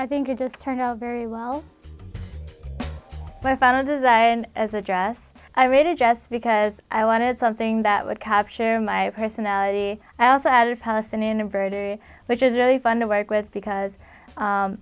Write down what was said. i think it just turned out very well but i found a design as a dress i made a jest because i wanted something that would capture my personality i also had a palestinian and very very which is really fun to work with because